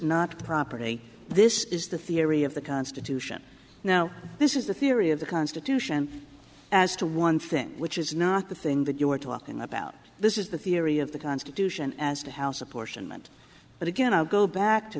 not property this is the theory of the constitution now this is the theory of the constitution as to one thing which is not the thing that you are talking about this is the theory of the constitution as to house a portion meant but again i go back to